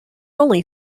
only